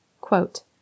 quote